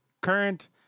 current